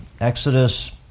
Exodus